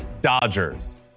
Dodgers